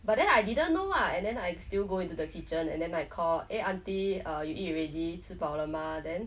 but then I didn't know lah and then I still go into the kitchen and then I call eh auntie err you eat already 吃饱了吗 then